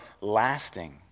Lasting